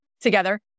together